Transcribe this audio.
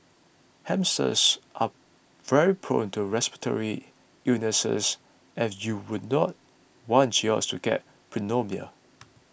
hamsters are very prone to respiratory illnesses and you would not want yours to get pneumonia